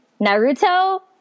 Naruto